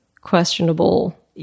questionable